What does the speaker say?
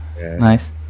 Nice